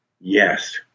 yes